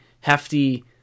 hefty